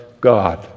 God